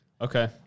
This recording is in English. Okay